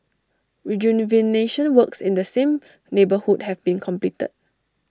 rejuvenation works in the same neighbourhood have been completed